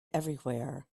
everywhere